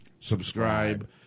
subscribe